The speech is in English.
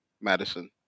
Madison